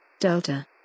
Delta